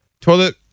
toilet